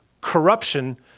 Corruption